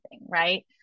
right